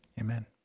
Amen